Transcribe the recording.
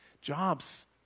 Jobs